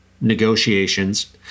negotiations